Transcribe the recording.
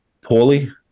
poorly